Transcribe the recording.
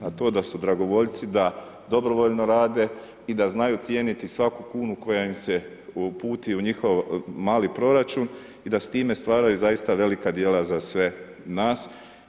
A to da su dragovoljci da dobrovoljno rade i da znaju cijeniti svaku kunu koja im se uputi u njihov mali proračun i da s time stvaraju zaista velika djela za sve nas.